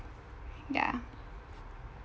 ya